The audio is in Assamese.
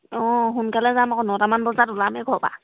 অঁ সোনকালে যাম আকৌ নটামান বজাত ওলামেই ঘৰৰ পৰা